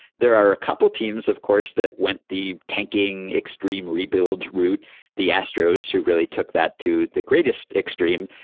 there are a couple teams of course that went the tanking extreme rebuild route the astros who really took that to the greatest extreme.